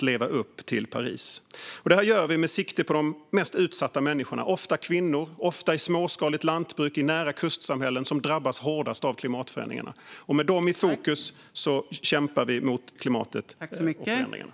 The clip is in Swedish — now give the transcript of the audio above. Det här gör vi med sikte på de mest utsatta människorna - ofta kvinnor och ofta i småskaligt lantbruk i kustnära samhällen, som drabbas hårdast av klimatförändringarna. Med dem i fokus kämpar vi för klimatet och mot klimatförändringarna.